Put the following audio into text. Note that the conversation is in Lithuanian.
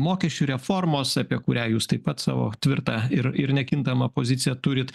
mokesčių reformos apie kurią jūs taip pat savo tvirtą ir ir nekintamą poziciją turit